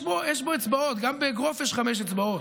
יש בו אצבעות, גם באגרוף יש חמש אצבעות,